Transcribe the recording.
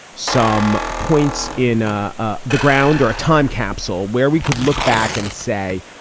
some points in ah ah the ground or a time capsule where we could look back and say,